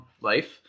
life